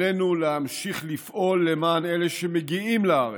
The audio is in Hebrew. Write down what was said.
עלינו להמשיך לפעול למען אלה שמגיעים לארץ,